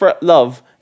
love